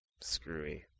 screwy